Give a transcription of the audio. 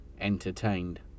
entertained